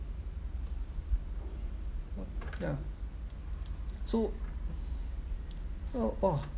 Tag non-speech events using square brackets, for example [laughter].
[noise] ya so so !wah!